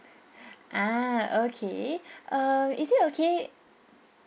ah okay err is it okay